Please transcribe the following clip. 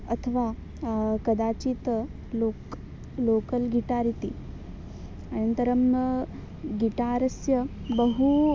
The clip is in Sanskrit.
अथवा कदाचित् लोकः लोकल् गिटार् इति अनन्तरं गिटारस्य बहु